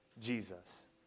Jesus